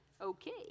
Okay